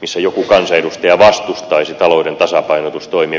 missä joku kansanedustaja vastustaisi talouden tasapainotustoimia